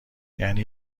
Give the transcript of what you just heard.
یعنی